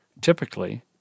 Typically